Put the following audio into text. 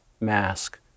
mask